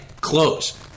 close